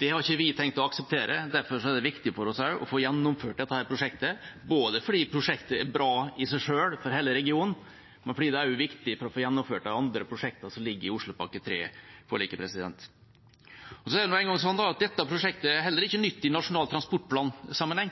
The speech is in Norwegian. Det har ikke vi tenkt å akseptere. Derfor er det viktig for oss å få gjennomført dette prosjektet – ikke bare fordi prosjektet er bra i seg selv og hele regionen, men også fordi det er viktig for å få gjennomført de andre prosjektene som ligger i Oslopakke 3-forliket. Så er det nå engang sånn at dette prosjektet er heller ikke nytt i